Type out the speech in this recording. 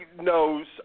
knows